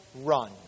run